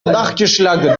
nachgeschlagen